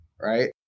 right